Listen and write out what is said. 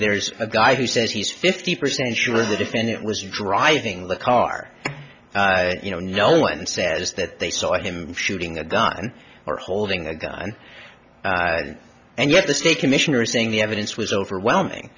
there's a guy who says he's fifty percent sure the defendant was driving the car you know no one says that they saw him shooting a gun or holding a gun and yet the state commissioner is saying the evidence was overwhelming